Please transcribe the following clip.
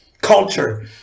culture